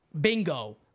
Bingo